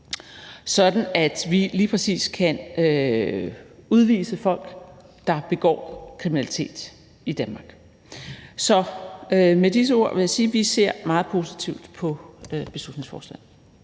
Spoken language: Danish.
sådan at vi lige præcis kan udvise folk, der begår kriminalitet i Danmark. Så med de ord vil jeg sige, at vi ser meget positivt på beslutningsforslaget.